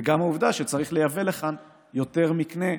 וגם צריך לייבא לכאן יותר מקנה,